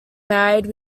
married